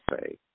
say